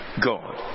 God